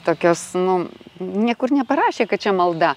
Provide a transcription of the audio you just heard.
tokios nu niekur neparašė kad čia malda